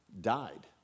died